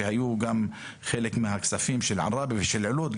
בה היו חלק מהכספים של עראבה ושל עילוט,